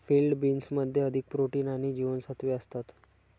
field बीन्समध्ये अधिक protein आणि जीवनसत्त्वे असतात